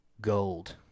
gold